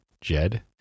jed